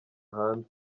hanze